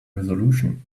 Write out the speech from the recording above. resolution